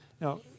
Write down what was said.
Now